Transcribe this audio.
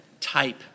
type